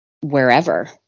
wherever